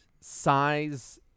size